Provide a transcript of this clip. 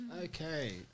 Okay